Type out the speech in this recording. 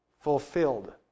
fulfilled